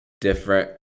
different